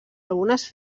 algunes